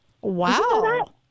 Wow